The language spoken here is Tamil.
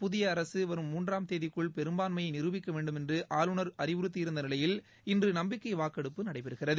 புதிய அரசு வரும் மூன்றாம் தேதிக்குள் பெரும்பான்மையை நிருபிக்க வேண்டும் என்று ஆளுநர் அறிவுறுத்தி இருந்த நிலையில் இன்று நம்பிக்கை வாக்கெடுப்பு நடைபெறுகிறது